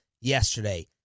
yesterday